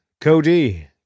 Cody